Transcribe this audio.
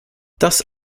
das